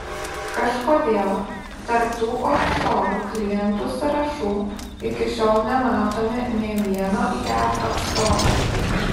kažkodėl tarp tų ofšorų klientų sąrašų iki šiol nematome nė vieno jav atstovo